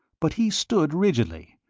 but he stood rigidly,